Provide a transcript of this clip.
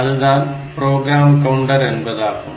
அதுதான் program counter என்பதாகும்